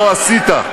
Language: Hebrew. לא עשית.